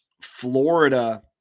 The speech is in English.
florida